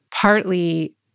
partly